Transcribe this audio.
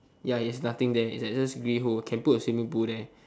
ya it has nothing there just a big hole can put a swimming pool there